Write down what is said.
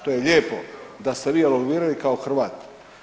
To je lijepo da ste vi evoluirali kao Hrvat.